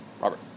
Robert